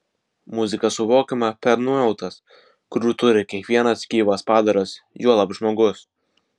muzika suvokiama per nuojautas kurių turi kiekvienas gyvas padaras juolab žmogus